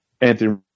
Anthony